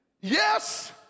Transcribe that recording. yes